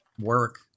work